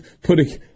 putting